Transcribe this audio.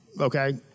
okay